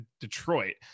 detroit